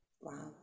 Wow